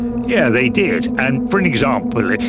yeah they did, and for an example,